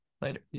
Later